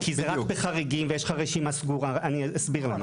אני אסביר למה,